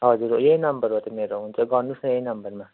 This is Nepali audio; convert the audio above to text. हजुर यही नम्बर हो त मेरो हुन्छ गर्नुहोस् न यही नम्बरमा